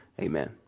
Amen